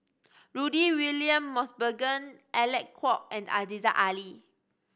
Rudy William Mosbergen Alec Kuok and Aziza Ali